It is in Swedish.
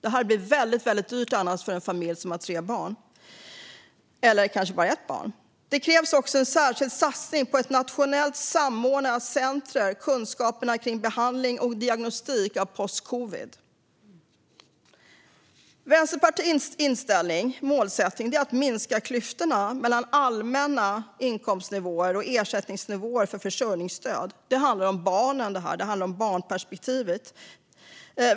Det blir annars mycket dyrt för en trebarnsfamilj - eller bara ett barn. Det krävs också en särskild satsning på att nationellt samordna och centrera kunskapen om behandling och diagnostik av postcovid. Vänsterpartiets mål är att minska klyftorna mellan allmänna inkomstnivåer och ersättningsnivåer för försörjningsstöd. Det handlar om barnen och barnperspektivet.